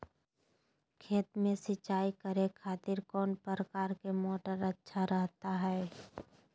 खेत में सिंचाई करे खातिर कौन प्रकार के मोटर अच्छा रहता हय?